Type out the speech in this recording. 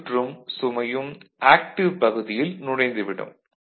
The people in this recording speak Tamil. இச்சுற்றும் சுமையும் ஆக்டிவ் பகுதியில் நுழைந்து விடும்